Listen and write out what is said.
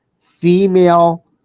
female